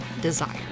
desire